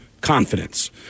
confidence